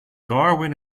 darwin